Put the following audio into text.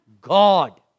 God